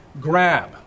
grab